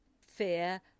fear